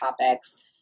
topics